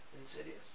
Insidious